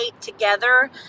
together